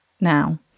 now